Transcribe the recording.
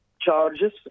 charges